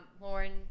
Lauren